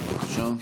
בבקשה.